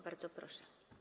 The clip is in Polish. Bardzo proszę.